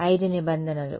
5 నిబంధనలు